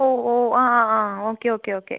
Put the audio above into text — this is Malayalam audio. ഓ ഓ ആ ആ ആ ഓക്കെ ഓക്കെ ഓക്കെ